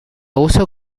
uso